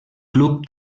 club